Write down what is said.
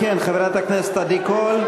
חברת הכנסת עדי קול,